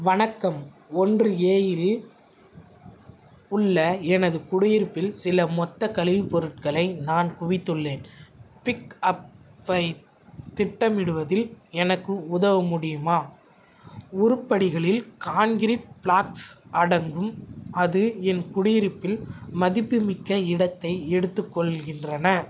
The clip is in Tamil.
வணக்கம் ஒன்று ஏயில் உள்ள எனது குடியிருப்பில் சில மொத்த கழிவுப் பொருட்களை நான் குவித்துள்ளேன் பிக்அப்பை திட்டமிடுவதில் எனக்கு உதவ முடியுமா உருப்படிகளில் கான்க்ரீட் ப்ளாக்ஸ் அடங்கும் அது என் குடியிருப்பில் மதிப்புமிக்க இடத்தை எடுத்துக்கொள்கின்றன